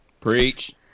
Preach